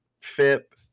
FIP